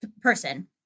person